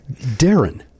Darren